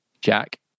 Jack